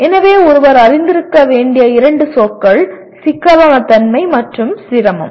எனவே ஒருவர் அறிந்திருக்க வேண்டிய இரண்டு சொற்கள் சிக்கலான தன்மை மற்றும் சிரமம்